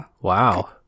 Wow